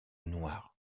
noir